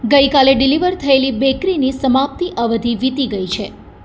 ગઈકાલે ડિલિવર થયેલ બેકરીની સમાપ્તિ અવધિ વીતી ગઈ છે